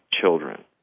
children